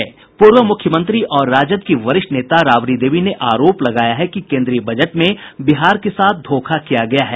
पूर्व मुख्यमंत्री और राजद की वरिष्ठ नेता राबड़ी देवी ने आरोप लगाया है कि केन्द्रीय बजट में बिहार के साथ धोखा किया गया है